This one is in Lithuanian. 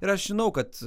ir aš žinau kad